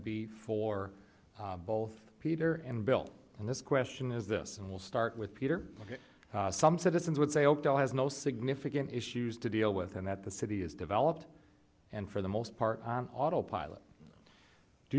be for both peter and bill and this question is this and we'll start with peter ok some citizens would say oakdale has no significant issues to deal with and that the city is developed and for the most part on autopilot do